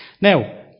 Now